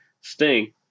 Sting